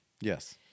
Yes